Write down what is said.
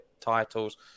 titles